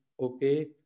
okay